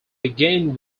began